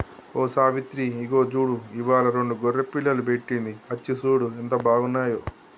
ఓ సావిత్రి ఇగో చూడు ఇవ్వాలా రెండు గొర్రె పిల్లలు పెట్టింది అచ్చి సూడు ఎంత బాగున్నాయో